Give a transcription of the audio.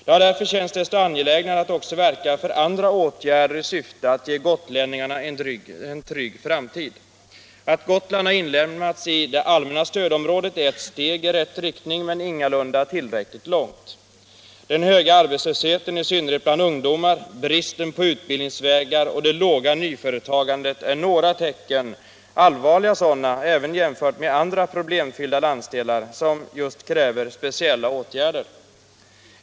Det har därför känts desto angelägnare att också verka för andra åtgärder i syfte att ge gotlänningarna en trygg framtid. Att Gotland har inlemmats i det allmänna stödområdet är ett steg i rätt riktning men ingalunda tillräckligt långt. Den höga arbetslösheten, i synnerhet bland ungdomar, bristen på utbildningsvägar och det svaga nyföretagandet är några tecken, allvarliga sådana även jämfört med andra problemfyllda landsdelar, och de kräver speciella åtgärder.